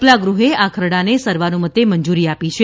ઉપલાગૃહે આ ખરડાને સર્વાનુમતે મંજૂર આપી છે